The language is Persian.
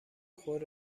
خود